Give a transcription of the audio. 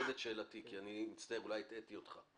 אני מצטער, אולי הטעיתי אותך.